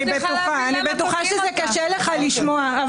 אני בטוחה שקשה לך לשמוע.